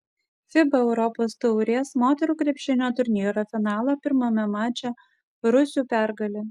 fiba europos taurės moterų krepšinio turnyro finalo pirmame mače rusių pergalė